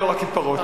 ולא רק עם פרות.